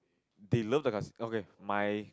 they love the cas~ okay my